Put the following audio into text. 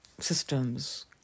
systems